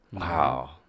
Wow